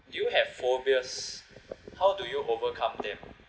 do you have phobias how do you overcome them